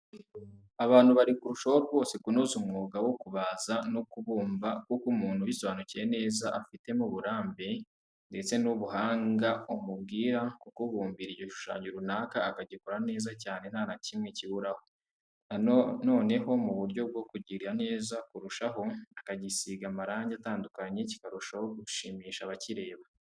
Abantu bari kurushaho rwose kunoza umwuga wo kubaza no kubumba kuko umuntu ubisobanukiwe neza ubifitemo uburambe ndetse n'ubuhanga umubwira kukubumbira igishushanyo runaka akagikora neza cyane nta nakimwe kiburaho, noneho mu buryo bwo kugira neza kurushaho akagisinga amarangi atandukanye kikarushaho gushimisha abakireba.